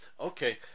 Okay